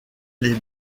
les